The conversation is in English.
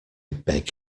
beg